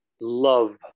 love